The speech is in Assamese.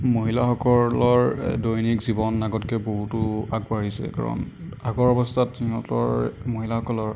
মহিলাসকলৰ দৈনিক জীৱন আগতকৈ বহুতো আগবাঢ়িছে কাৰণ আগৰ অৱস্থাত সিহঁতৰ মহিলাসকলৰ